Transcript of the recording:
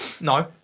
No